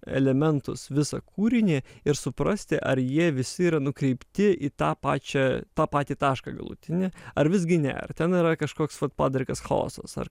elementus visą kūrinį ir suprasti ar jie visi yra nukreipti į tą pačią tą patį tašką galutinį ar visgi ne ar ten yra kažkoks padrikas chaosas ar